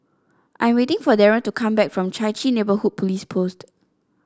I'm waiting for Darren to come back from Chai Chee Neighbourhood Police Post